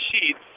sheets